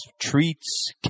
treats